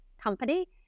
company